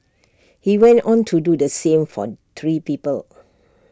he went on to do the same for three people